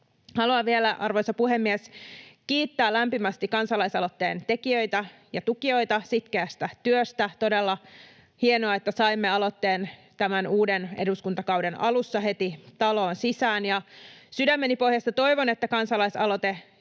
Haluan vielä, arvoisa puhemies, kiittää lämpimästi kansalaisaloitteen tekijöitä ja tukijoita sitkeästä työstä. Todella hienoa, että saimme aloitteen heti tämän uuden eduskuntakauden alussa taloon sisään. Sydämeni pohjasta toivon, että kansalaisaloite